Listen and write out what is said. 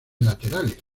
laterales